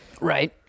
Right